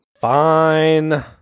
Fine